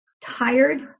tired